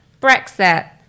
Brexit